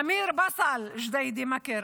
אמיר בסל מג'דיידה-מכר,